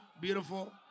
beautiful